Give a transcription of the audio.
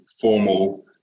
formal